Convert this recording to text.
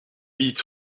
huit